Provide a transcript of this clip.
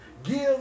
Give